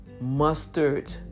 mustard